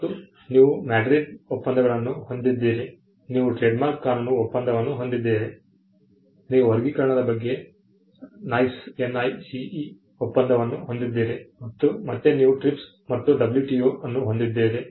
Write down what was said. ಮತ್ತು ನೀವು MADRID ಒಪ್ಪಂದಗಳನ್ನು ಹೊಂದಿದ್ದೀರಿ ನೀವು ಟ್ರೇಡ್ಮಾರ್ಕ್ ಕಾನೂನು ಒಪ್ಪಂದವನ್ನು ಹೊಂದಿದ್ದೀರಿ ನೀವು ವರ್ಗೀಕರಣದ ಬಗ್ಗೆ NICE ಒಪ್ಪಂದವನ್ನು ಹೊಂದಿದ್ದೀರಿ ಮತ್ತು ಮತ್ತೆ ನೀವು TRIPS ಮತ್ತು WTO ಅನ್ನು ಹೊಂದಿದ್ದೀರಿ